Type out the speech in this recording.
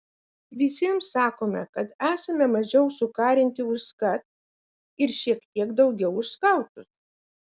visiems sakome kad esame mažiau sukarinti už skat ir šiek tiek daugiau už skautus